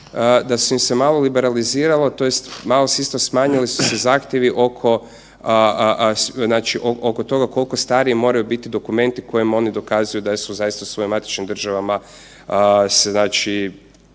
da su im se malo liberaliziralo, tj. malo se isto, smanjili su se zahtjevi oko toga koliko stari moraju biti dokumenti kojim oni dokazuju da su zaista u svojim matičnim državama, znači